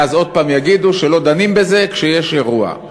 ואז עוד פעם יגידו שלא דנים בזה כשיש אירוע.